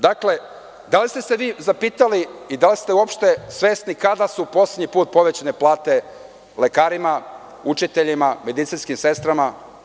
Dakle, da li ste se zapitali i da li ste uopšte svesni kada su poslednji put povećane plate lekarima, učiteljima, medicinskim sestrama?